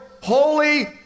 Holy